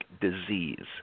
disease